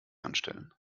anstellen